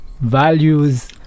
values